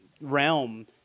realm